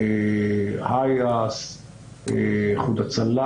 איחוד הצלה,